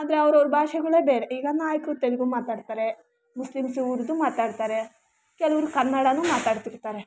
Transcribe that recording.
ಆದರೆ ಅವರವರ ಭಾಷೆಗಳೇ ಬೇರೆ ಈಗ ನಾಯಕರು ತೆಲುಗು ಮಾತಾಡ್ತಾರೆ ಮುಸ್ಲಿಮ್ಸು ಉರ್ದು ಮಾತಾಡ್ತಾರೆ ಕೆಲವರು ಕನ್ನಡನೂ ಮಾತಾಡ್ತಿರ್ತಾರೆ